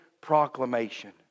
proclamation